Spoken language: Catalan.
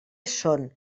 són